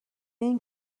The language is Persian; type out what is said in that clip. ایم